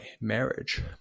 marriage